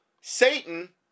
Satan